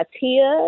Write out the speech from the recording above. Tia